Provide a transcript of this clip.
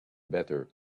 better